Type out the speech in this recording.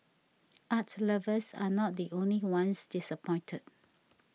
art lovers are not the only ones disappointed